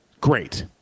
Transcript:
great